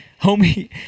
homie